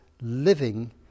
living